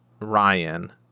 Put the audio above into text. Ryan